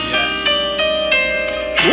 Yes